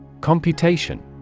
Computation